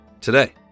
today